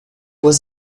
was